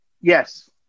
Yes